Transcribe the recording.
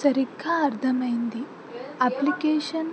సరిగ్గా అర్థమైంది అప్లికేషన్